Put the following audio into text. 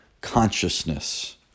consciousness